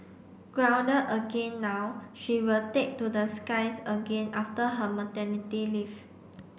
grounded again now she will take to the skies again after her maternity leave